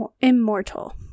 immortal